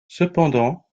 cependant